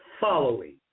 following